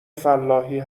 فلاحی